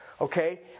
Okay